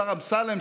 השר אמסלם,